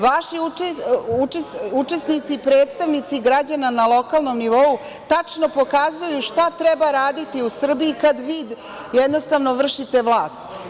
Vaši učesnici i predstavnici građana na lokalnom nivou tačno pokazuju šta treba raditi u Srbiji kad vi, jednostavno, vršite vlast.